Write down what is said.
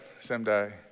someday